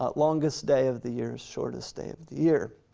ah longest day of the year, shortest day of the year.